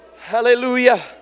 hallelujah